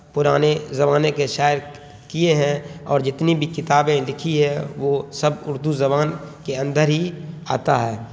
پرانے زمانے کے شاعر کیے ہیں اور جتنی بھی کتابیں لکھی ہے وہ سب اردو زبان کے اندر ہی آتا ہے